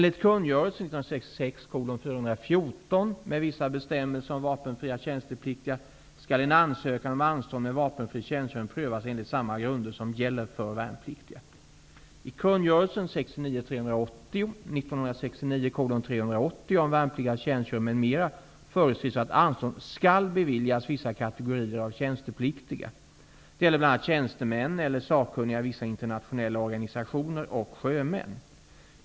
I kungörelsen om värnpliktigas tjänstgöring m.m. föreskrivs att anstånd skall beviljas vissa kategorier av tjänstepliktiga. Det gäller bl.a. tjänstemän eller sakkunniga i vissa internationella organisationer och sjömän.